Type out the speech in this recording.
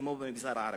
כמו המגזר הערבי,